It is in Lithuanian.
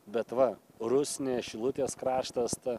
bet va rusnė šilutės kraštas ta